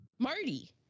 Marty